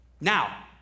Now